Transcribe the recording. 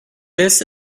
this